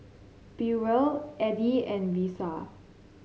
Burrell Eddy and Risa